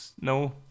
no